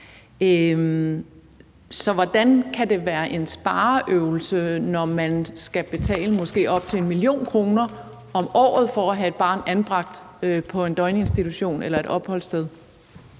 Så hvordan kan det være en spareøvelse, når man skal betale måske op til 1 mio. kr. om året for at have et barn anbragt på en døgninstitution eller et opholdssted?